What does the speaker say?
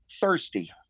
thirsty